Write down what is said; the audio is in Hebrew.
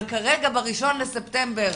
אבל כרגע, ב-1 בספטמבר,